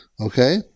Okay